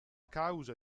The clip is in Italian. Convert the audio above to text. causa